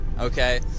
okay